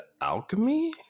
alchemy